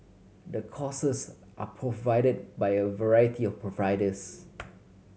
the courses are provided by a variety of providers